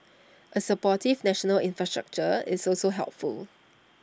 A supportive national infrastructure is also helpful